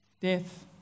death